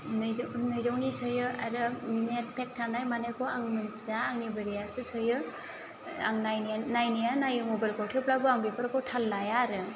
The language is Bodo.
नैजौ नैजौनि सोयो आरो नेट पेक थानाय मानायखौ आं मिथिया आंनि बोरायासो सोयो आं आं नायनाया नायो मबाइलखौ थेवब्लाबो आं बेफोरखौ थाल लाया आरो